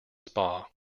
spa